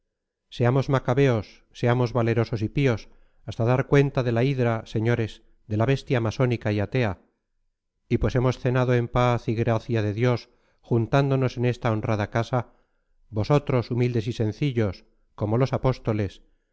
seamos macabeos seamos valerosos y píos hasta dar cuenta de la hidra señores de la bestia masónica y atea y pues hemos cenado en paz y gracia de dios juntándonos en esta honrada casa vosotros humildes y sencillos como los apóstoles